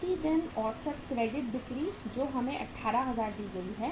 प्रति दिन औसत क्रेडिट बिक्री जो हमें 18000 दी गई है